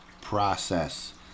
process